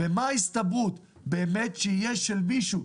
ומה ההסתברות באמת שיהיה של מישהו,